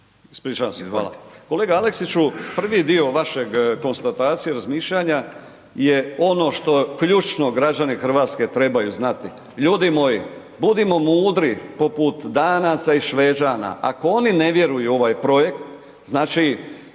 Ispričavam se, hvala. Kolega Aleksiću prvi dio vaše konstatacije, razmišljanja je ono što ključno građani Hrvatske trebaju znati. Ljudi moji budimo mudri poput Danaca i Šveđana, ako oni ne vjeruju u ovaj projekt, znači